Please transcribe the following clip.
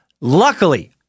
Luckily